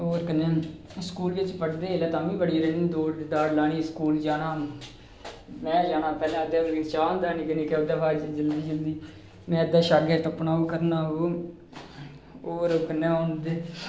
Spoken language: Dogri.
और कन्नै स्कूल बिच पढ़ांदे हे जेलै तां बी बड़ी रननिंग दौड़ लानी स्कूल जाना तां में जाना पैहलें उसलै चाऽ होंदा हा नमां नमां ओह्दे बाद में जाना जलदी जलदी में शाटकट टप्पना और कन्नै ओंदे